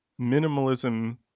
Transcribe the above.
minimalism